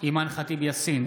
אימאן ח'טיב יאסין,